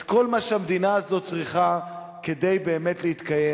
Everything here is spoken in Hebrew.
את כל מה שהמדינה הזאת צריכה כדי באמת להתקיים,